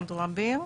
אנדרו אביר.